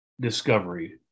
Discovery